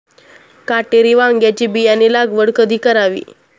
काटेरी वांग्याची बियाणे लागवड कधी करावी?